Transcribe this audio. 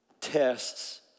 tests